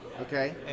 Okay